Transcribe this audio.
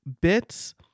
Bits